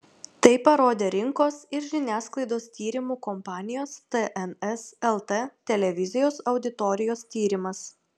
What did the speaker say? tai parodė rinkos ir žiniasklaidos tyrimų kompanijos tns lt televizijos auditorijos tyrimas